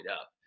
up